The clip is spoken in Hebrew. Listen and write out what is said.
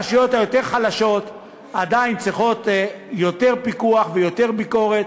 הרשויות היותר חלשות עדיין צריכות יותר פיקוח ויותר ביקורת,